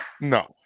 no